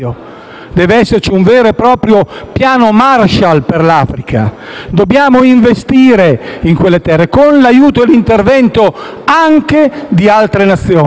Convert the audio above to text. Deve esserci un vero e proprio piano Marshall per l'Africa. Dobbiamo investire in quelle terre con l'aiuto e l'intervento anche di altre nazioni.